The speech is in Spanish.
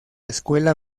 escuela